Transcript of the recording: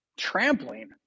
trampling